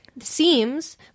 seems